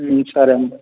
సరేండి